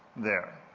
there.